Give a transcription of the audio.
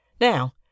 Now